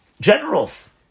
generals